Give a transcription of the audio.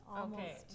Okay